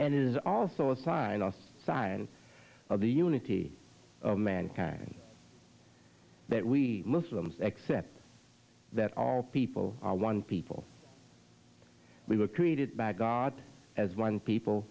it is also a sign of a sign of the unity of mankind that we muslims accept that all people are one people we were created by god as one people